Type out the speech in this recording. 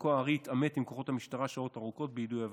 וחלקו הארי התעמת עם כוחות המשטרה שעות ארוכות ביידוי אבנים.